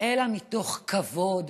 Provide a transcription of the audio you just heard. אלא מתוך כבוד,